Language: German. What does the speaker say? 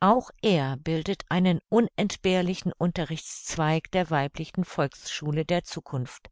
auch er bildet einen unentbehrlichen unterrichtszweig der weiblichen volksschule der zukunft